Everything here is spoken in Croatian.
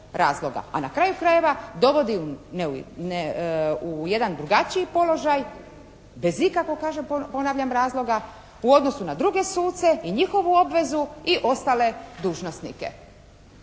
A na kraju krajeva dovodi ne, u jedan drugačiji položaj bez ikakvog kažem, ponavljam razloga u odnosu na druge suce i njihovu obvezu i ostale dužnosnike.